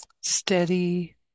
steady